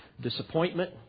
disappointment